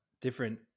different